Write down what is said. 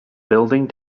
building